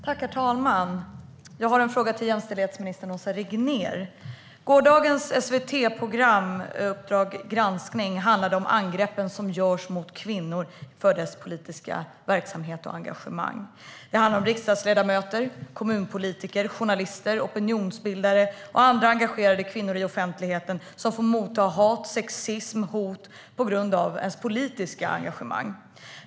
Herr talman! Jag har en fråga till jämställdhetsminister Åsa Regnér. Gårdagens SVT-program Uppdrag granskning handlade om angreppen mot kvinnor för deras politiska verksamhet och engagemang. Det handlar om riksdagsledamöter, kommunpolitiker, journalister, opinionsbildare och andra engagerade kvinnor i offentligheten som får motta hat, sexistiska hot och andra hot på grund av deras politiska engagemang.